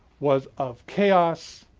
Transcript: was of chaos,